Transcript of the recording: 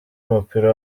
w’umupira